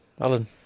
Alan